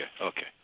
okay